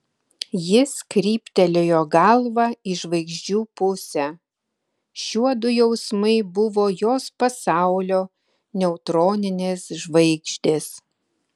jis kryptelėjo galvą į žvaigždžių pusę šiuodu jausmai buvo jos pasaulio neutroninės žvaigždės